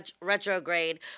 retrograde